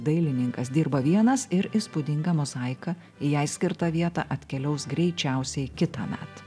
dailininkas dirba vienas ir įspūdinga mozaika į jai skirtą vietą atkeliaus greičiausiai kitąmet